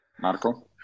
Marco